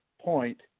point